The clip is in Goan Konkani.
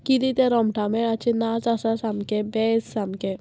किदें तें रोमटामेळाचें नाच आसा सामकें बेस्ट सामकें